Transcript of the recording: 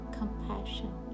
compassion